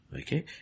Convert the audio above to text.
okay